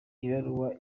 ibaruwa